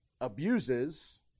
abuses